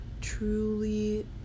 truly